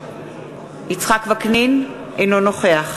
אינו נוכח